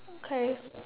okay